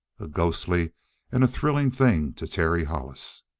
a ghostly and a thrilling thing to terry hollis.